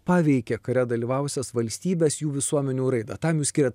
paveikė kare dalyvavusias valstybes jų visuomenių raidą tam jūs skiriat